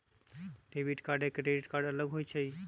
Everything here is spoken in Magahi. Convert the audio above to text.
डेबिट कार्ड या क्रेडिट कार्ड अलग होईछ ई?